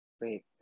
Wait